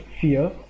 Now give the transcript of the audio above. fear